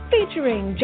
Featuring